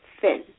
thin